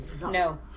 No